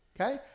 Okay